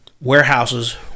warehouses